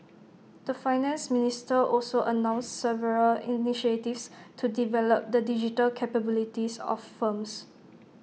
the Finance Minister also announced several initiatives to develop the digital capabilities of firms